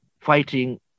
fighting